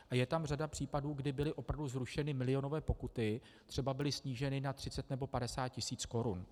A je tam řada případů, kdy byly opravdu zrušeny milionové pokuty, třeba byly sníženy na 30 nebo 50 tisíc korun.